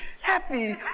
happy